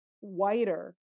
whiter